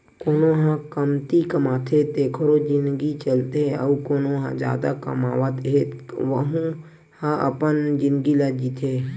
कोनो ह कमती कमाथे तेखरो जिनगी चलथे अउ कोना ह जादा कमावत हे वहूँ ह अपन जिनगी ल जीथे